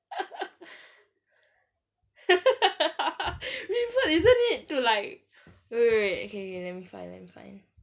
revert isn't it to like wait wait wait okay okay let me find let me find